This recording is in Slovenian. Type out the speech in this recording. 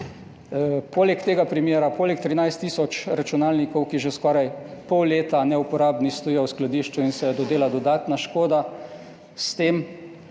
Poleg tega primera, poleg 13 tisoč računalnikov, ki že skoraj pol leta neuporabni stojijo v skladišču in se dela dodatna škoda s tem